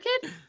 kid